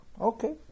Okay